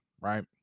right